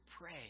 pray